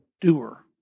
doer